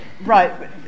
right